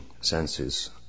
senses